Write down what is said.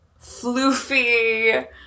floofy